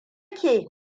ke